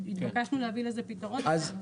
התבקשנו להביא לזה פתרון אז הבאנו.